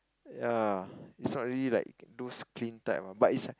ya it's not really like those clean type ah but it's